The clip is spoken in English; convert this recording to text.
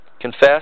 Confess